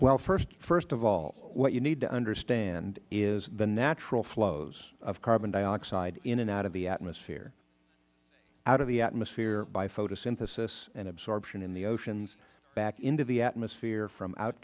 well first of all what you need to understand is the natural flows of carbon dioxide in and out of the atmosphere out of the atmosphere by photosynthesis and by absorption in the oceans back into the atmosphere from out